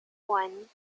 one